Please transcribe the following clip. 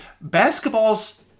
basketball's